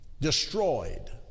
destroyed